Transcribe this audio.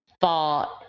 thought